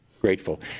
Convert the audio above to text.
grateful